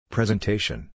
Presentation